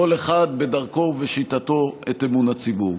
כל אחד בדרכו ובשיטתו, את אמון הציבור.